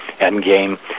Endgame